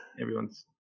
everyone's